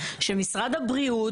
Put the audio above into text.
שמשרד הבריאות,